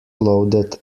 loaded